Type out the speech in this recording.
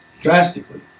drastically